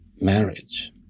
marriage